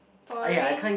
boring